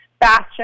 bastion